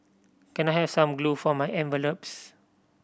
can I have some glue for my envelopes